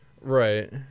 right